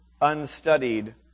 unstudied